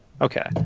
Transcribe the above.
Okay